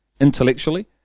intellectually